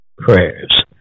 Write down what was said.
prayers